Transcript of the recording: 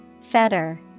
Fetter